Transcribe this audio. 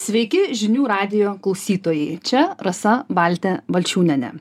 sveiki žinių radijo klausytojai čia rasa baltė balčiūnienė